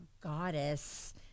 goddess